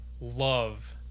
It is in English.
love